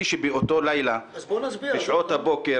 בשעות הבוקר,